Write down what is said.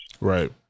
Right